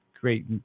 great